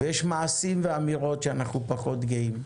ויש מעשים ואמירות שאנחנו פחות גאים.